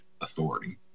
authority